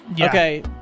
Okay